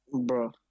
Bro